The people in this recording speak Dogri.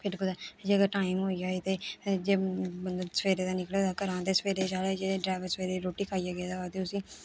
कदें कुतै जेकर टाइम होई जाए ते फिर जे बंदा सवेरे दा निकले दा घरा ते सवेरे जे ड्राईवर सवेरे दी रोटी खाइयै गेदा होऐ ते उसी